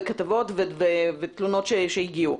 כתבות ותלונות שהגיעו.